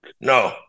No